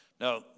Now